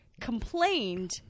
complained